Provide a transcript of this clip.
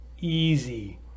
easy